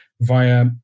via